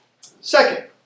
Second